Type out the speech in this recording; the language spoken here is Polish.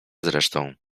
zresztą